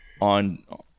on